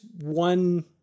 one